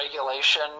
regulation